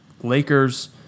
lakers